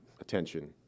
attention